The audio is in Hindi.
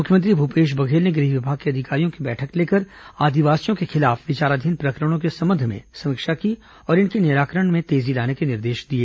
मुख्यमंत्री भूपेश बघेल ने गृह विभाग के अधिकारियों की बैठक लेकर आदिवासियों के खिलाफ विचाराधीन प्रकरणों के संबंध में समीक्षा की और इनके निराकरण में तेजी लाने के निर्देश दिए